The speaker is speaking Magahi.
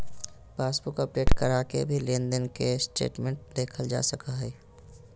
पासबुक अपडेट करा के भी लेनदेन के स्टेटमेंट देखल जा सकय हय